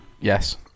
Yes